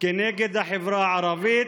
כנגד החברה הערבית,